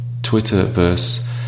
Twitterverse